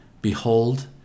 behold